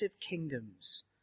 kingdoms